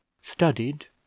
studied